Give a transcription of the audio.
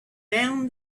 found